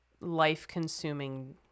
life-consuming